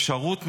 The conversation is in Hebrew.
אפשרות ממשית.